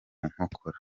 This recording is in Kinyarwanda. nkokora